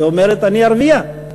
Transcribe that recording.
היא אומרת: אני ערבייה.